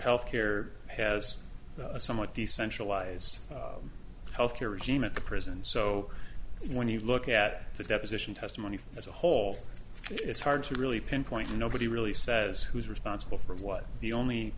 health care has a somewhat decentralized health care regime at the prison so when you look at the deposition testimony as a whole it's hard to really pinpoint nobody really says who's responsible for what the only